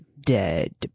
dead